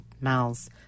miles